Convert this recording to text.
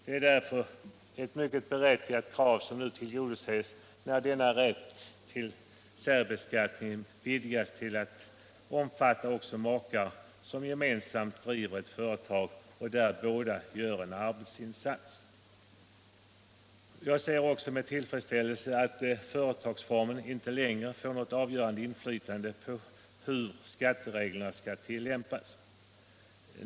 Det är därför ett mycket berättigat krav som nu tillgodoses när denna rätt till särbeskattning vidgas till att omfatta också makar som gemensamt driver ett företag, där båda gör en arbetsinsats. Jag ser också med tillfredsställelse att företagsformen inte längre får något avgörande inflytande på hur skattereglerna skall tillämpas.